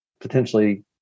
potentially